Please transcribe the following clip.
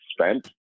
spent